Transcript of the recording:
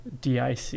dic